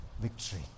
victory